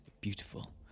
beautiful